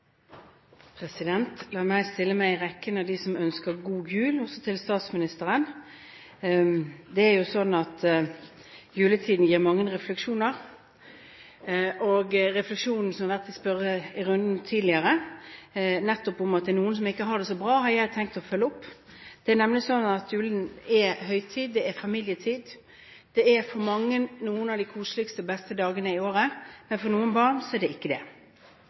La meg stille meg i rekken av dem som ønsker god jul til statsministeren. Juletiden gir mange refleksjoner, og refleksjonen som har vært fremme i den tidligere spørrerunden – at det er noen som ikke har det så bra – har jeg tenkt å følge opp. Det er nemlig sånn at julen er høytid – det er familietid, og det er for mange noen av de koseligste og beste dagene i året. Men for noen barn er det ikke det.